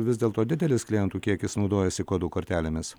vis dėl to didelis klientų kiekis naudojasi kodų kortelėmis